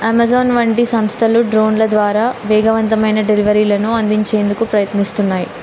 Amazon వంటి సంస్థలు డ్రోన్ల ద్వారా వేగవంతమైన డెలివరీలను అందించేందుకు ప్రయత్నిస్తున్నాయి